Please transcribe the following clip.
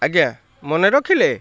ଆଜ୍ଞା ମନେ ରଖିଲେ